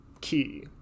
key